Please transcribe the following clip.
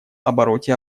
обороте